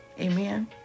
Amen